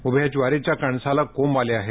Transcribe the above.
उभ्या ज्वारीच्या कणासाला कोंब आले आहेत